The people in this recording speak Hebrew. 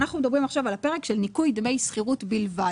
אנחנו מדברים עכשיו על הפרק של ניקוי דמי שכירות בלבד.